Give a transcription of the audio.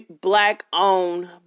black-owned